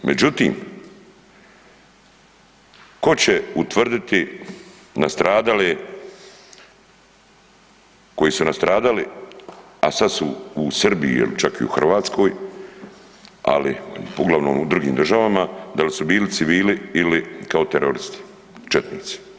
Međutim, ko će utvrditi nastradale koji su nastradali a sad su u Srbiji ili čak u Hrvatskoj, ali uglavnom u drugim državama, da li su bili civili ili kao teroristi, četnici?